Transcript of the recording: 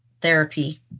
therapy